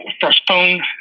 postpone